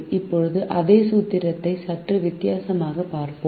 இப்போது அதே சூத்திரத்தை சற்று வித்தியாசமாக பார்ப்போம்